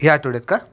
ह्या आठवड्यात का